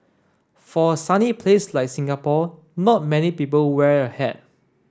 for a sunny place like Singapore not many people wear a hat